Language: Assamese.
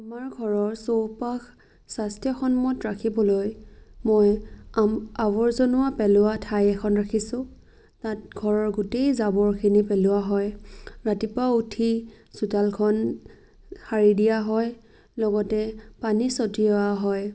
আমাৰ ঘৰৰ চৌপাশ স্বাস্থ্যসন্মত ৰাখিবলৈ মই আৱৰ্জনা পেলোৱা ঠাই এখন ৰাখিছোঁ তাত ঘৰৰ গোটেই জাবৰখিনি পেলোৱা হয় ৰাতিপুৱা উঠি চোতালখন সাৰি দিয়া হয় লগতে পানী ছটিওৱা হয়